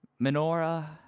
menorah